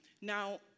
Now